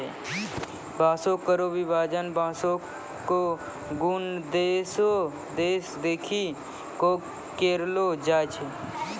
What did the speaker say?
बांसों केरो विभाजन बांसों क गुन दोस देखि कॅ करलो जाय छै